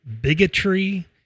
bigotry